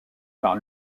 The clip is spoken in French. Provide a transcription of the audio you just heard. par